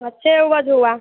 अच्छी उपज़ हुई